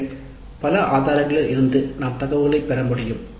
எனவே பல ஆதாரங்களில் இருந்து நாம் தகவல்களைப் பெற முடியும்